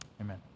amen